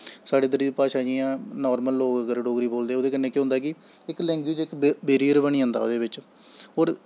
साढ़े इद्धर दी भाशा जि'यां नार्मल लोग अगर डोगरी बोलदे ओह्दे कन्नै केह् होना इक लैंगवेज़ इक बेरियर बनी जंदा ओह्दे बिच्च